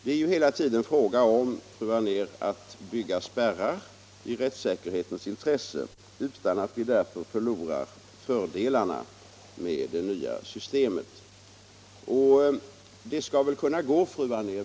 Det är ju hela tiden, fru Anér, fråga om att bygga in spärrar i rättssäkerhetens intresse utan att vi därför förlorar fördelarna med det nya systemet, och den uppgiften skall vi väl kunna klara.